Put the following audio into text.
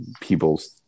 people's